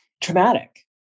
traumatic